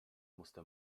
musste